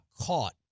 caught